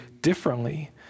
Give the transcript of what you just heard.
differently